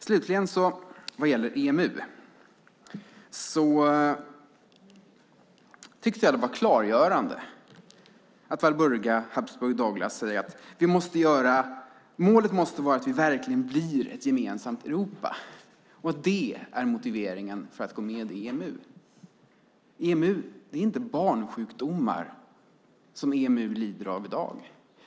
Slutligen, vad gäller EMU, tyckte jag att det var klargörande att Walburga Habsburg Douglas sade att målet måste vara att vi verkligen blir ett gemensamt Europa och att det är motiveringen för att gå med i EMU. Det är inte barnsjukdomar som EMU lider av i dag.